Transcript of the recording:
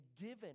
given